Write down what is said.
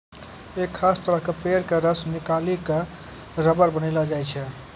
एक खास तरह के पेड़ के रस निकालिकॅ रबर बनैलो जाय छै